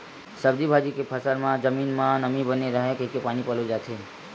सब्जी भाजी के फसल म जमीन म नमी बने राहय कहिके पानी पलोए जाथे